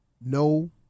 No